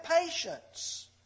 patience